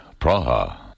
Praha